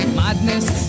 madness